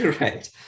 right